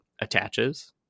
attaches